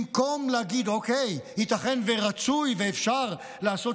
במקום להגיד: אוקיי, ייתכן ורצוי ואפשר לעשות